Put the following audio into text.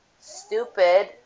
stupid